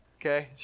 Okay